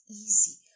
easy